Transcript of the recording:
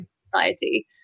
society